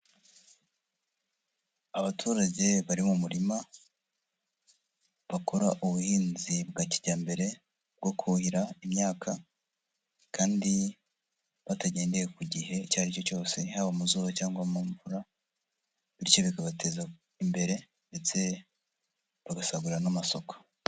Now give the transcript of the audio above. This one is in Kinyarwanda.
Abaturage bari mu murima, bakora ubuhinzi bwa kijyambere bwo kuhira imyaka kandi batagendeye ku gihe icyo ari cyo cyose, haba mu zuba cyangwa mu mvura, bityo bikabateza imbere ndetse bagasagurira n'amasoko.